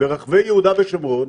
ברחבי יהודה ושומרון,